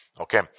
Okay